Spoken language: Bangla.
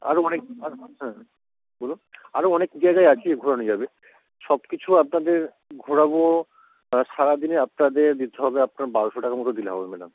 আরও অনেক হ্যাঁ বলুন আরও অনেক জায়গাই আছে ঘোরানো যাবে সব কিছু আপনাদের ঘোরাবো সারা দিনে আপনাদের দিতে হবে আপনার বারোশো টাকা মতো দিলে হবে ম্যাডাম